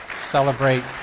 celebrate